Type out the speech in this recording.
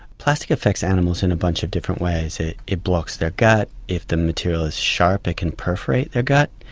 plastic affects animals in a bunch of different ways it it blocks their gut, if the material is sharp it can perforate their gut,